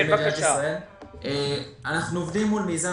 אנחנו עובדים מול מיזם